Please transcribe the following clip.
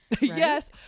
Yes